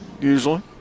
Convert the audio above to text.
Usually